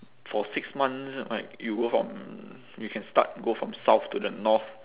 for six months like you go from you can start go from south to the north